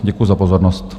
Děkuji za pozornost.